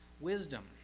wisdom